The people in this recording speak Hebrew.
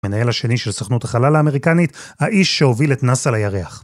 מנהל השני של סוכנות החלל האמריקנית, האיש שהוביל את נאס"א לירח.